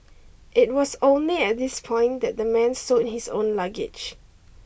it was only at this point that the man stowed his own luggage